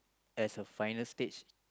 as her final stage